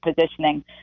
positioning